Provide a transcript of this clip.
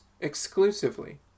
exclusively